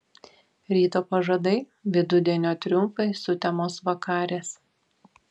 ryto pažadai vidudienio triumfai sutemos vakarės